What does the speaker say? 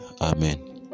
Amen